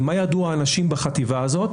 ומה ידעו האנשים בחטיבה הזאת